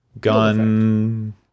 gun